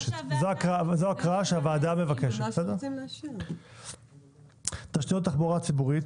זו ההקראה שהוועדה מבקשת: תשתיות התחבורה הציבורית,